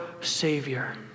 Savior